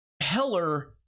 Heller